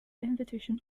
invitation